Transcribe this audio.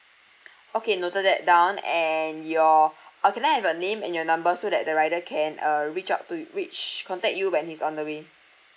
okay noted that down and your uh can I have your name and your number so that the rider can uh reach out to reach contact you when he's on the way